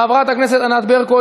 חברת הכנסת ענת ברקו,